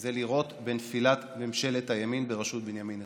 זה לראות את נפילת ממשלת הימין בראשות בנימין נתניהו.